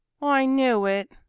i knew it!